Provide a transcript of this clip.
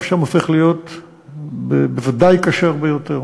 שם הופך להיות בוודאי קשה הרבה יותר.